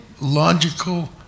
logical